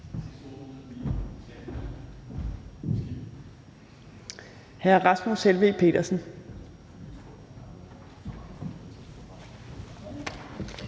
hr. Rasmus Helveg Petersen.